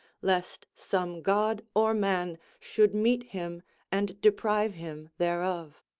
lest some god or man should meet him and deprive him thereof.